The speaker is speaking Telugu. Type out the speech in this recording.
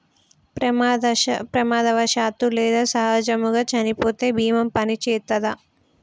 ప్రమాదవశాత్తు లేదా సహజముగా చనిపోతే బీమా పనిచేత్తదా?